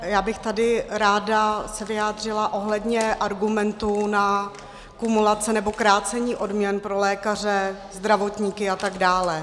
Já bych se tady ráda vyjádřila ohledně argumentů na kumulace nebo krácení odměn pro lékaře, zdravotníky atd.